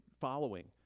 following